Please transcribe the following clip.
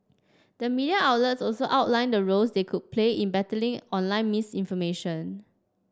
the media outlets also outlined the roles they could play in battling online misinformation